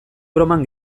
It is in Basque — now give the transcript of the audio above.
broman